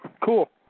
Cool